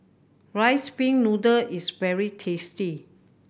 Rice Pin Noodles is very tasty